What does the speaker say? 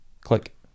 click